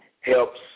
helps